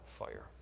Fire